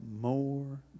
more